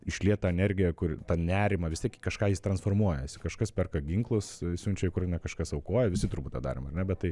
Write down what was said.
išliet tą energiją kur tą nerimą vis tiek į kažką jis transformuojasi kažkas perka ginklus siunčia į ukrainą kažkas aukoja visi turbūt tą darėm ar ne bet tai